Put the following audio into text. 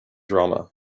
drama